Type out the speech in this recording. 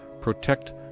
protect